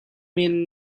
men